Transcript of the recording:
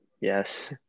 yes